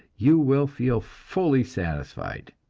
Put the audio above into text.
you will feel fully satisfied,